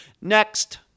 Next